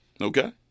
okay